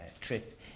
trip